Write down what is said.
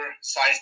size